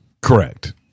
Correct